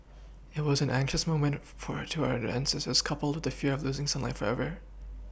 it was an anxious moment for our to our ancestors coupled with the fear of losing sunlight forever